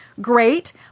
great